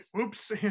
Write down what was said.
Oops